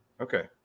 okay